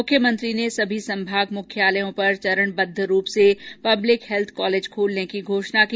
मुख्यमंत्री ने सभी संभाग मुख्यालयों पर चरणबद रूप से पब्लिक हैल्थ कॉलेज खोलने की घोषणा की